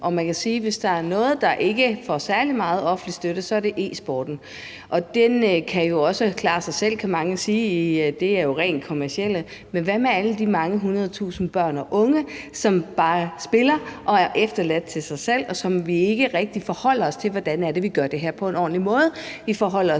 at hvis der er noget, der ikke får særlig meget offentlig støtte, så er det e-sporten. Den kan jo også klare sig selv, kan mange sige, idet den er kommerciel. Men hvad med alle de mange hundredtusinder børn og unge, som bare spiller og er overladt til sig selv? Der forholder vi os ikke rigtig til, hvordan vi gør det her på en ordentlig måde. Vi forholder